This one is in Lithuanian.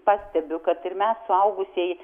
pastebiu kad ir mes suaugusieji